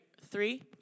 three